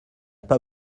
pas